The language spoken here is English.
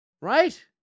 right